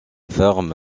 ferme